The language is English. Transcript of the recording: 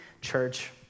church